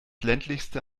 ländlichste